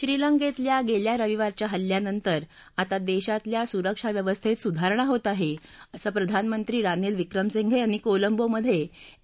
श्रीलंकेतल्या गेल्या रविवारच्या हल्ल्यानंतर आता देशातल्या सुरक्षा व्यवस्थेत सुधारणा होत आहे असं प्रधानमंत्री रानिल विक्रमसिंघे यांनी कोलंबोमधे ए